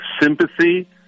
sympathy